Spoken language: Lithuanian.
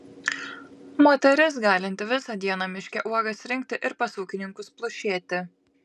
moteris galinti visą dieną miške uogas rinkti ir pas ūkininkus plušėti